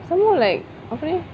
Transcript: some more like apa ni